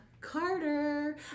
Carter